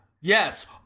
yes